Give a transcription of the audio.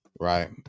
right